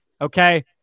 okay